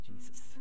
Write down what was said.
Jesus